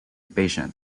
patient